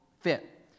fit